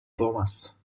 thomas